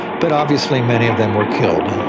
but obviously many of them were killed.